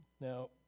Now